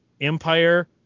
Empire